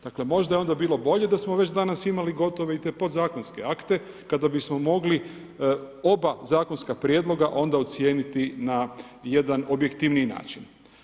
Dakle možda je onda bilo bolje da smo već danas imali gotove i te podzakonske akte kada bismo mogli oba zakonska prijedloga onda ocijeniti na jedan objektivniji način.